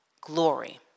glory